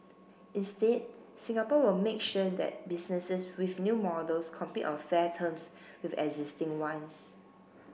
instead Singapore will make sure that businesses with new models compete on fair terms with existing ones